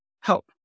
help